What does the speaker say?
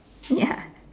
ya